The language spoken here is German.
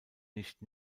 nicht